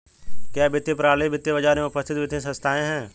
क्या वित्तीय प्रणाली वित्तीय बाजार में उपस्थित वित्तीय संस्थाएं है?